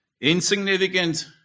insignificant